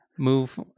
Move